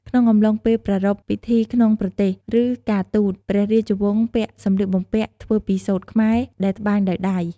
ក្នុងអំឡុងពេលប្រារព្ធពិធីក្នុងប្រទេស ឬ ការទូត ព្រះរាជវង្សពាក់សម្លៀកបំពាក់ធ្វើពីសូត្រខ្មែរ ដែលត្បាញដោយដៃ។